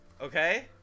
Okay